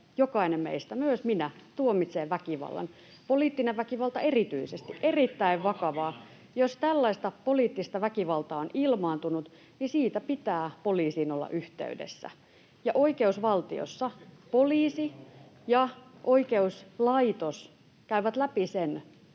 [Perussuomalaisten ryhmästä: Tuomitsetteko Elokapinan?] Poliittinen väkivalta erityisesti — erittäin vakavaa. Jos tällaista poliittista väkivaltaa on ilmaantunut, niin siitä pitää olla yhteydessä poliisiin, ja oikeusvaltiossa poliisi ja oikeuslaitos käyvät läpi sen,